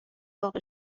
واقع